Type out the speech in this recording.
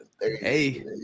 Hey